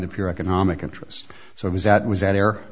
the pure economic interest so it was that was an er